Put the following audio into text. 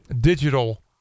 digital